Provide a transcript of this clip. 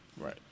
Right